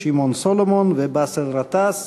שמעון סולומון ובאסל גטאס.